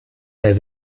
der